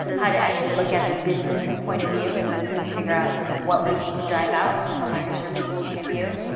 to actually look at the business point of view and and figure out what we need to drive out from a microservices point of view,